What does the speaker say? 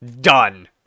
Done